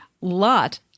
lot